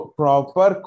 proper